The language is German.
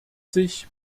sich